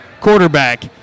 quarterback